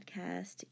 podcast